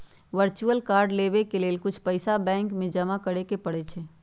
virtual card लेबेय के लेल कुछ पइसा बैंक में जमा करेके परै छै